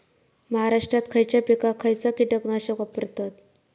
महाराष्ट्रात खयच्या पिकाक खयचा कीटकनाशक वापरतत?